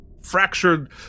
fractured